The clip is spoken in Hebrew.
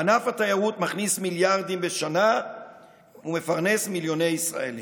ענף התיירות מכניס מיליארדים בשנה ומפרנס מיליוני ישראלים.